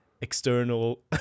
external